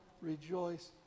rejoice